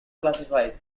classified